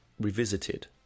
Revisited